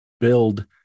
build